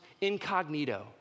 incognito